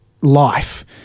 life